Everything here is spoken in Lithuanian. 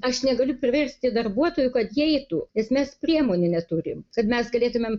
aš negaliu priversti darbuotojų kad jie eitų ir mes priemonių neturim kad mes galėtumėm